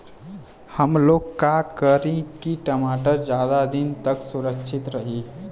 हमलोग का करी की टमाटर ज्यादा दिन तक सुरक्षित रही?